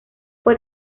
fue